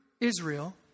Israel